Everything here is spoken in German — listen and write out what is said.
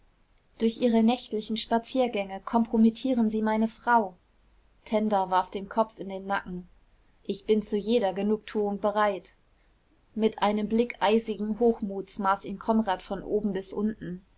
durch ihre nächtlichen spaziergänge kompromittieren sie meine frau tenda warf den kopf in den nacken ich bin zu jeder genugtuung bereit mit einem blick eisigen hochmuts maß ihn konrad von oben bis unten